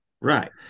Right